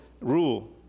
rule